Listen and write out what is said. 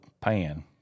pan